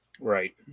right